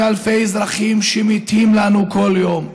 אלפי אזרחים מתים לנו כל יום,